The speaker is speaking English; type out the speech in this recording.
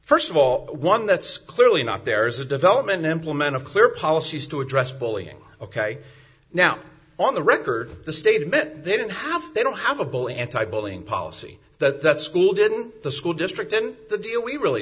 first of all one that's clearly not there is a development implement of clear policies to address bullying ok now on the record the statement they don't have they don't have a bully anti bullying policy that that school didn't the school district in the deal we really